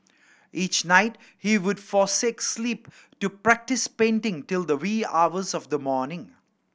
each night he would forsake sleep to practise painting till the wee hours of the morning